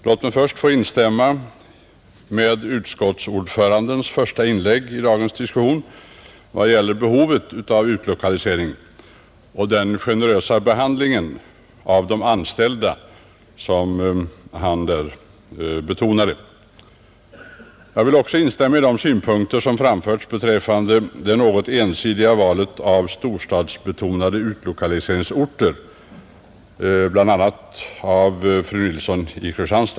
Låt mig först instämma i utskottsordförandens första inlägg i dagens diskussion, där han betonade behovet av utlokalisering och av en generös behandling av de anställda, Jag vill också instämma i de synpunkter som bl.a. fru Nilsson i Kristianstad anförde beträffande det något ensidiga valet av storstadsbetonade utlokaliseringsorter.